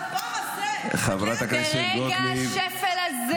המלחמה הזו מנוהלת רע כיוון שראש הממשלה,